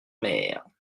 mer